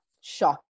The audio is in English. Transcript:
Shocking